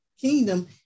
kingdom